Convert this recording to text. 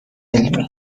علمی